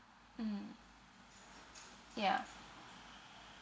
mm ya